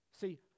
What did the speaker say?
See